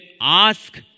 ask